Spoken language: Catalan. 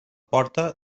porta